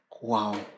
Wow